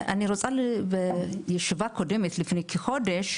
בישיבה קודמת לפני כחודש,